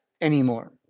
anymore